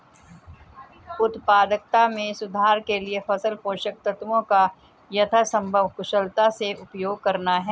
उत्पादकता में सुधार के लिए फसल पोषक तत्वों का यथासंभव कुशलता से उपयोग करना है